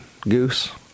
Goose